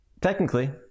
Technically